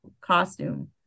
costume